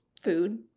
food